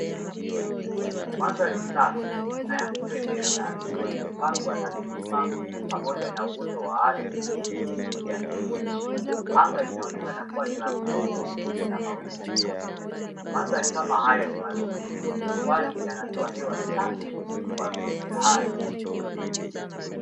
Mandhari safi na ya kupendeza ikiwa imepambwa na milima pamoja na uoto wa asili wenye kijani kibichi, anga linaonekana kuwa ni la bluu na mawingu meupe. Mandhari kama haya ni mazuri kwani yanatoa hewa safi kwa viumbe hai.